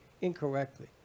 incorrectly